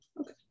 Okay